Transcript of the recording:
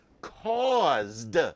caused